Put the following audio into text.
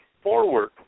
forward